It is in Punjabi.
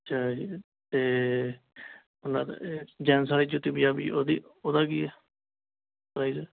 ਅੱਛਾ ਜੀ ਅਤੇ ਇਹ ਜੈਨਟਸ ਵਾਲੀ ਜੁੱਤੀ ਪੰਜਾਬੀ ਉਹਦੀ ਉਹਦਾ ਕੀ ਆ ਪਰਾਇਜ਼